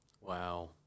Wow